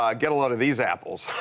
um get a load of these apples.